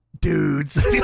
dudes